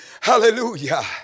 Hallelujah